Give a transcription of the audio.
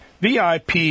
VIP